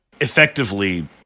effectively